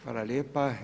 Hvala lijepa.